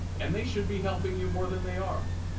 and they should be helping you more than they are.